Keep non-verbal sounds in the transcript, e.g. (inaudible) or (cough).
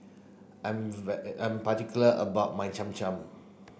I'm (unintelligible) I'm particular about my Cham Cham